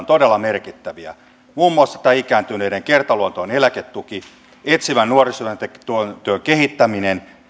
todella merkittäviä muun muassa tämä ikääntyneiden kertaluontoinen eläketuki etsivän nuorisotyön kehittäminen